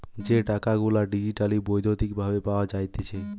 যে টাকা গুলা ডিজিটালি বৈদ্যুতিক ভাবে পাওয়া যাইতেছে